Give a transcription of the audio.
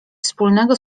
wspólnego